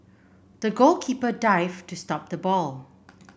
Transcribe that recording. the goalkeeper dived to stop the ball